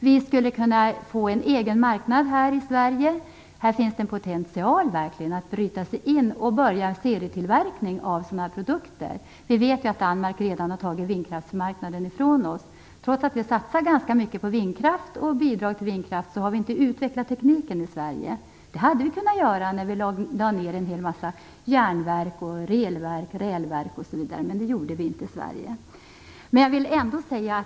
Vi skulle kunna få en egen marknad i Sverige - här finns en potential - genom att bryta oss in och börja en serietillverkning av sådana här produkter. Vi vet att Danmark redan har tagit ifrån oss vindkraftsmarknaden. Trots att vi har satsat ganska mycket på vindkraft och bidrag till vindkraft har vi ändå inte utvecklat tekniken i Sverige. Det hade vi kunnat göra när vi lade ned många järnverk, rälverk osv., men det gjorde vi inte i Sverige.